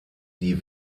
die